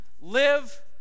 live